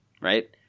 right